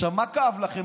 מה כאב לכם?